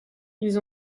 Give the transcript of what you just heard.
ils